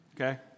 Okay